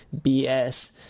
BS